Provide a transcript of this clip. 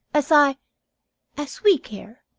as i as we care.